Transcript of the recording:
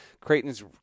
Creighton's